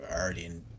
already